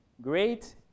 great